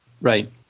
right